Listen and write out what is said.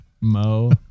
Mo